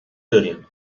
دارین